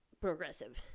progressive